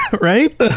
Right